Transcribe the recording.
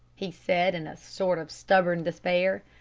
he said, in a sort of stubborn despair.